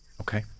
Okay